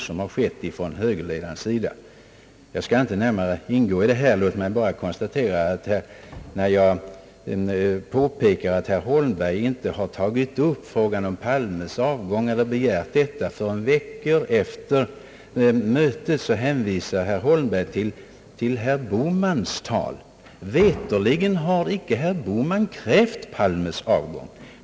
Jag skall inte fördjupa debatten kring detta. Men jag konstaterar att när jag påpekade att herr Holmberg inte har tagit upp frågan om herr Palmes avgång eller begärt detta förrän veckor efter det bekanta mötet, så hänvisar herr Holmberg till herr Bohmans tal. Veterligen har herr Bohman inte krävt herr Palmes avgång!